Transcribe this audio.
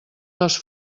les